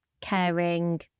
caring